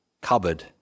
cupboard